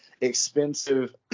expensive